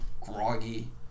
groggy